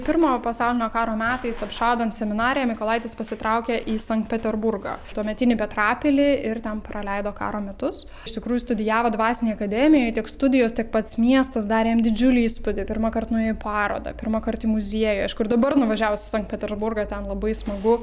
pirmojo pasaulinio karo metais apšaudant seminariją mykolaitis pasitraukė į sankt peterburgą tuometinį petrapilį ir ten praleido karo metus iš tikrųjų studijavo dvasinėj akademijoj tiek studijos tiek pats miestas darė jam didžiulį įspūdį pirmąkart nuėjo į parodą pirmąkart į muziejų aišku ir dabar nuvažiavus į sankt peterburgą ten labai smagu